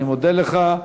אני מודה לך.